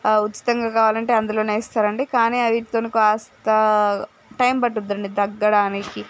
ఆ ఉచితంగా కావాలంటే అందులోనే ఇస్తారండి కానీ అవి వీటితోని కాస్తా టైం పడుతుంది అండి తగ్గడానికి